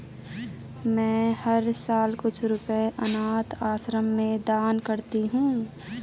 मैं हर साल कुछ रुपए अनाथ आश्रम में दान करती हूँ